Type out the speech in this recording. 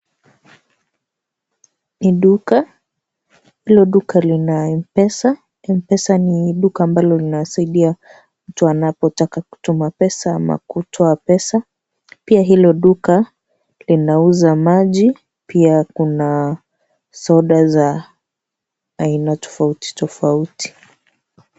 Ni duka, hilo duka lina Mpesa. Mpesa ni duka ambalo linasaidia mtu anapotaka kutuma pesa ama kutoa pesa, pia hilo duka linauza maji, pia kuna soda za aina tofauti tofauti.